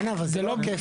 דנה, אבל זה לא כפל.